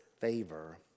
favor